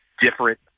different